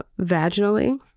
vaginally